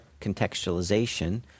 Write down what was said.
contextualization